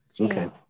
Okay